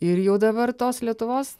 ir jau dabar tos lietuvos